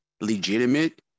legitimate